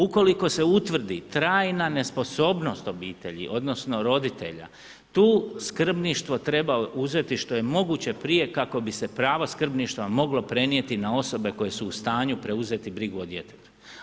U koliko se utvrdi trajna nesposobnost obitelji, odnosno roditelja, tu skrbništvo treba uzeti što je moguće prije kako bi se pravo skrbništva moglo prenijeti na osobe koje su u stanju preuzeti brigu o djetetu.